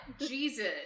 Jesus